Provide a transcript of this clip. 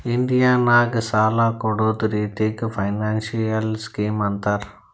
India ನಾಗ್ ಸಾಲ ಕೊಡ್ಡದ್ ರಿತ್ತಿಗ್ ಫೈನಾನ್ಸಿಯಲ್ ಸ್ಕೀಮ್ ಅಂತಾರ್